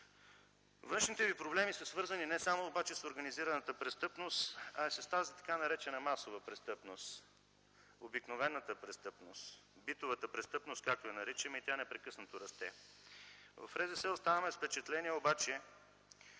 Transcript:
Външните ви проблеми са свързани не само с организираната престъпност обаче, а и с тази така наречена масова престъпност – обикновената престъпност, битова престъпност, както я наричаме, и тя непрекъснато расте. В РЗС оставаме с впечатление обаче,